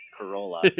corolla